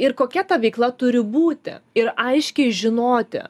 ir kokia ta veikla turi būti ir aiškiai žinoti